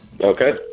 Okay